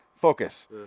focus